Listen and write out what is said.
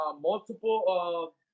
multiple